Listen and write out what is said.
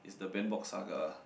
is the ben box saga